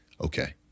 Okay